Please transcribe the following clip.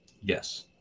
Yes